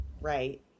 Right